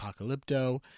Apocalypto